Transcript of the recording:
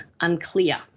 unclear